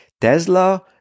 Tesla